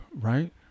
right